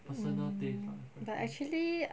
mm but actually